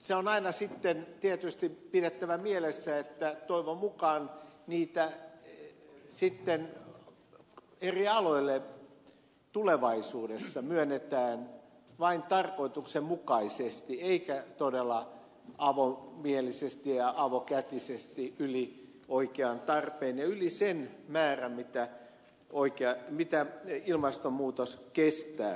se on aina sitten tietysti pidettävä mielessä että toivon mukaan niitä eri aloille tulevaisuudessa myönnetään vain tarkoituksenmukaisesti eikä todella avomielisesti ja avokätisesti yli oikean tarpeen ja yli sen määrän mitä ilmastonmuutos kestää